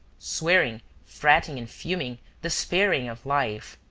swearing, fretting and fuming, despairing of life.